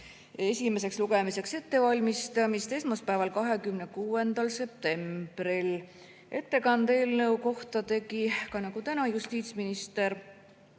esimeseks lugemiseks ettevalmistamist esmaspäeval, 26. septembril. Ettekande eelnõu kohta tegi nagu ka täna justiitsminister